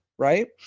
Right